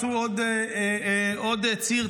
עשו עוד ציר,